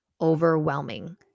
overwhelming